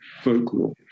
folklore